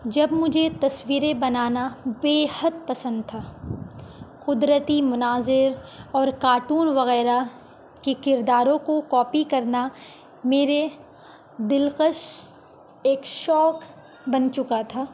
جب مجھے تصویریں بنانا بے حد پسند تھا قدرتی مناظر اور کارٹون وغیرہ کے کرداروں کو کاپی کرنا میرے دلکش ایک شوق بن چکا تھا